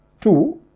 two